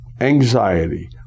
anxiety